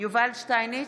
יובל שטייניץ,